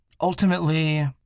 ultimately